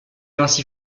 ainsi